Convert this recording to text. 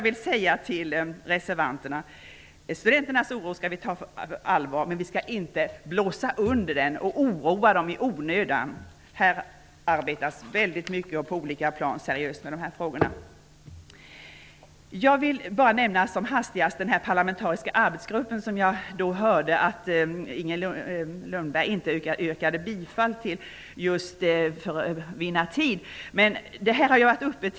Till reservanterna säger jag därför: Studenternas oro skall vi ta på allvar, men vi skall inte blåsa under den och oroa studenterna i onödan. Det arbetas väldigt mycket och seriöst på olika plan i dessa frågor. Som allra hastigast vill jag säga något om den parlamentariska arbetsgrupp som jag hörde att Inger Lundberg inte yrkade bifall till, för att vinna tid åt kammaren.